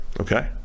okay